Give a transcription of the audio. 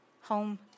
home